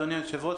אדוני היושב-ראש,